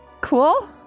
Cool